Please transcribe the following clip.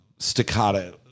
staccato